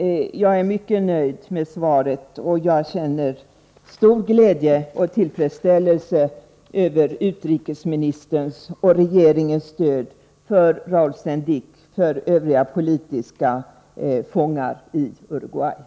Jag är mycket nöjd med svaret, och jag känner stor glädje och tillfredsställelse över utrikesministerns och regeringens stöd för Raul Sendic och övriga politiska fångar i Uruguay.